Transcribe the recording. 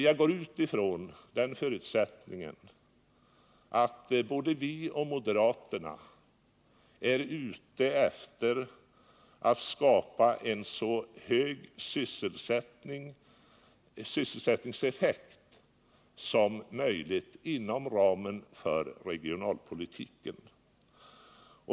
Jag går ut från förutsättningen att både vi och moderaterna är ute efter att skapa en så hög sysselsättningseffekt som möjligt inom ramen för regionalpolitiken.